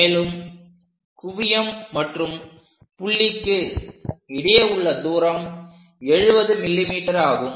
மேலும் குவியம் மற்றும் C புள்ளிக்கு இடையே உள்ள தூரம் 70mm ஆகும்